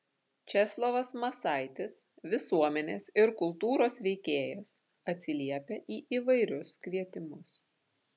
česlovas masaitis visuomenės ir kultūros veikėjas atsiliepia į įvairius kvietimus